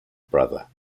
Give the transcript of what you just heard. brother